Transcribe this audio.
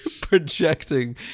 projecting